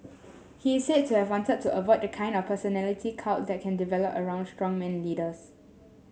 he said to have wanted to avoid the kind of personality cult that can develop around strongman leaders